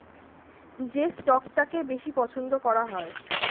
যে স্টকটাকে বেশি পছন্দ করা হয়